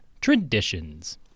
Traditions